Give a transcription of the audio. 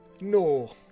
No